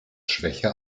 schwäche